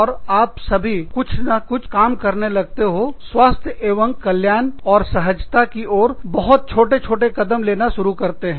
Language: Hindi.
और आप सभी कुछ हद तककुछ ना कुछ काम करने लगते हो स्वास्थ्य एवं कल्याण और सहजता की ओर बहुत छोटे छोटे कदम लेना शुरु कर देते हो